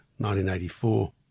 1984